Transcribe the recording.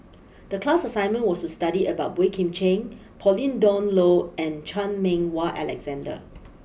the class assignment was to study about Boey Kim Cheng Pauline Dawn Loh and Chan Meng Wah Alexander